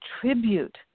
tribute